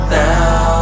now